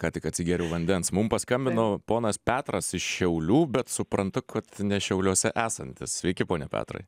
ką tik atsigėriau vandens mum paskambino ponas petras iš šiaulių bet suprantu kad ne šiauliuose esantis sveiki pone petrai